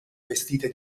vestite